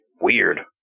Weird